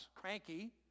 cranky